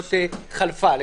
התקנות חלפה.